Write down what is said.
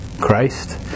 Christ